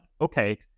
Okay